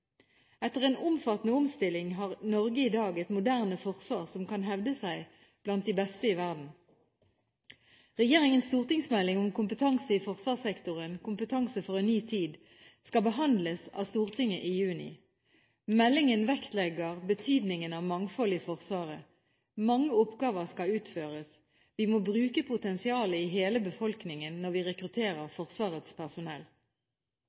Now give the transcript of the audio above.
Etter en omfattende omstilling har Norge i dag et moderne forsvar som kan hevde seg blant de beste i verden. Regjeringens stortingsmelding om kompetanse i forsvarssektoren, Kompetanse for en ny tid, skal behandles av Stortinget i juni. Meldingen vektlegger betydningen av mangfold i Forsvaret. Mange oppgaver skal utføres. Vi må bruke potensialet i hele befolkningen når vi rekrutterer Forsvarets personell.